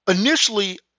initially